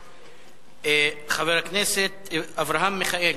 חבר הכנסת אברהם מיכאלי.